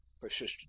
persisted